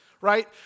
right